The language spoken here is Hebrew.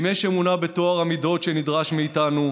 ואם יש אמונה בטוהר המידות שנדרש מאיתנו,